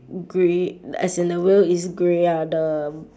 grey as in the wheel is grey ah the